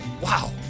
Wow